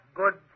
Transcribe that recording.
good